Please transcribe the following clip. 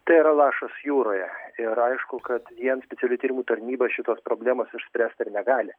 tai yra lašas jūroje ir aišku kad vien specialiųjų tyrimų tarnyba šitos problemos išspręst ir negali